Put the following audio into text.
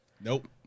Nope